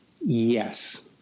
Yes